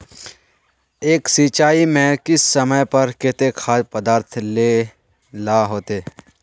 एक सिंचाई में किस समय पर केते खाद पदार्थ दे ला होते?